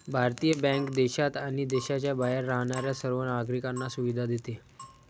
भारतीय बँक देशात आणि देशाच्या बाहेर राहणाऱ्या सर्व नागरिकांना सुविधा देते